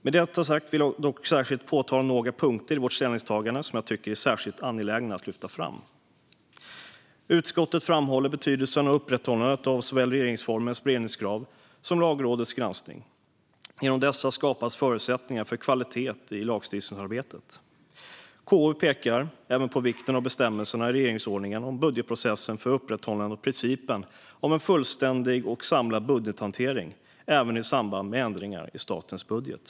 Med detta sagt vill jag dock särskilt lyfta fram några punkter i vårt ställningstagande som jag tycker är särskilt angelägna. Utskottet framhåller betydelsen av upprätthållandet av såväl regeringsformens beredningskrav som Lagrådets granskning. Genom dessa skapas förutsättningar för kvalitet i lagstiftningsarbetet. KU pekar även på vikten av bestämmelserna i riksdagsordningen om budgetprocessen för upprätthållandet av principen om en fullständig och samlad budgethantering, även i samband med ändringar i statens budget.